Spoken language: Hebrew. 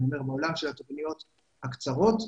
בעולם של התוכניות הקצרות,